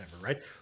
right